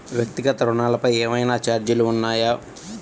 వ్యక్తిగత ఋణాలపై ఏవైనా ఛార్జీలు ఉన్నాయా?